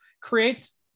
Creates